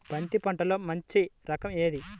బంతి పంటలో మంచి రకం ఏది?